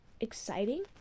exciting